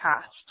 past